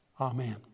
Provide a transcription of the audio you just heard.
Amen